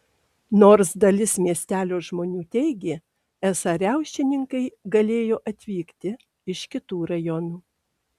nors dalis miestelio žmonių teigė esą riaušininkai galėjo atvykti iš kitų rajonų